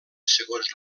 segons